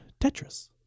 Tetris